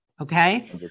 Okay